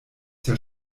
der